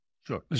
Sure